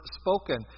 spoken